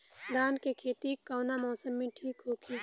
धान के खेती कौना मौसम में ठीक होकी?